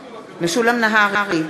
נהרי,